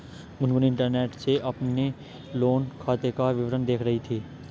Gungun internet से अपने loan खाते का विवरण देख रही थी